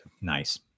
nice